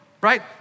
right